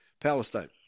Palestine